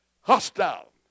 Hostile